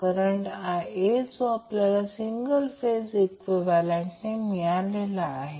current Ia जो आपल्याला single phase इक्विवेलेंटने मिळालेला आहे